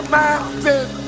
mountain